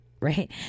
right